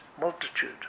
multitude